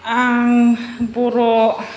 आं बर'